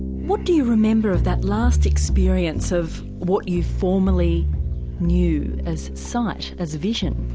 what do you remember of that last experience of what you formerly knew as sight, as vision?